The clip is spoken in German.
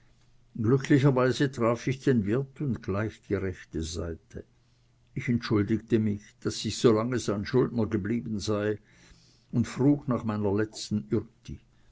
glücklicherweise traf ich den wirt und gleich die rechte seite ich entschuldigte mich daß ich so lange sein schuldner geblieben sei und frug nach meiner letzten